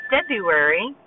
February